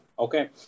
Okay